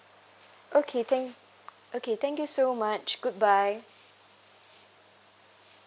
okay thank okay thank you so much goodbye